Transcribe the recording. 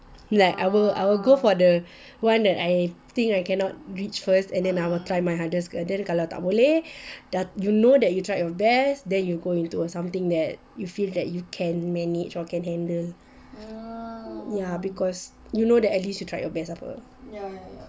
like I'll I'll go for the one that I think I cannot reach first then I'll try my hardest but then kalau tak boleh you know that you tried your best then you go to something that you feel that you can manage or you can handle ya because you know that at least you tried your best lah